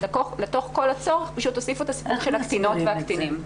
לתוך כל ה- -- פשוט הוסיפו את הסיפור של הקטינות והקטינים.